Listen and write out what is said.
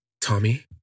Tommy